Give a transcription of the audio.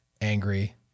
angry